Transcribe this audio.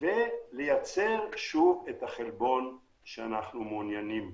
ולייצר שוב את החלבון שאנחנו מעוניינים בו,